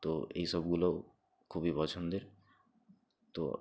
তো এই সবগুলো খুবই পছন্দের তো